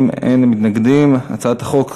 ההצעה להעביר את הצעת חוק